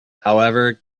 however